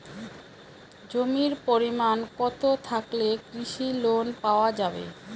জমির পরিমাণ কতো থাকলে কৃষি লোন পাওয়া যাবে?